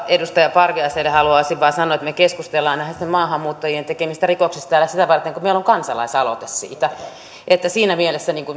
edustaja parviaiselle haluaisin vain sanoa että me keskustelemme näistä maahanmuuttajien tekemistä rikoksista täällä sitä varten kun meillä on kansalaisaloite siitä että siinä mielessä